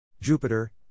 Jupiter